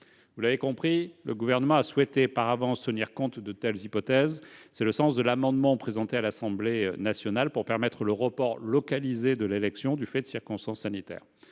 Vous l'avez compris : le Gouvernement a souhaité par avance tenir compte de telles hypothèses ; c'est le sens de l'amendement présenté à l'Assemblée nationale visant à permettre le report localisé de l'élection du fait de circonstances sanitaires